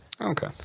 Okay